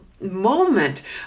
moment